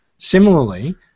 Similarly